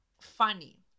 funny